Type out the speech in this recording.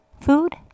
food